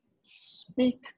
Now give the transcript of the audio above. speak